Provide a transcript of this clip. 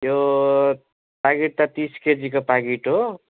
यो प्याकेट त तिस केजीको प्याकेट हो